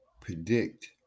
predict